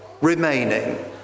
Remaining